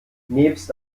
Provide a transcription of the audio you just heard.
nebst